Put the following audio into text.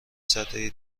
سدهای